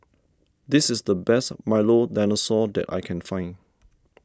this is the best Milo Dinosaur that I can find